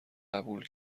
قبول